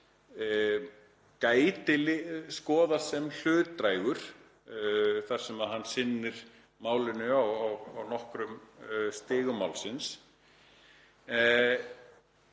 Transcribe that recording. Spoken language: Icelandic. getur skoðast sem hlutdrægur þar sem hann sinnir málinu á nokkrum stigum málsins